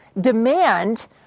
Demand